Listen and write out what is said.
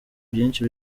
byinshi